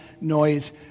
noise